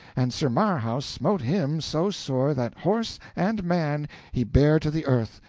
and sir marhaus smote him so sore that horse and man he bare to the earth,